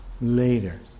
later